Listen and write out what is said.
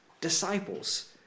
disciples